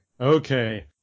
okay